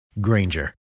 Granger